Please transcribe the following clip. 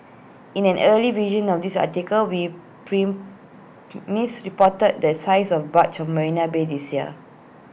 in an early version of this article we prim misreported the size of barge of marina bay this year